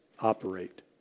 operate